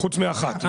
חוץ מאחת.